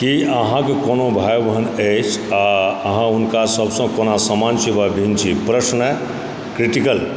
की अहाँकेँ कोनो भाय बहिन अछि आ अहाँ हुनका सबसँ कोना सामान छी वा भिन्न छी प्रश्न क्रिटिकल